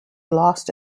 lost